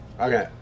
Okay